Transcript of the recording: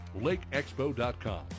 lakeexpo.com